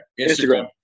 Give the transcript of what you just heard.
Instagram